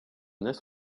this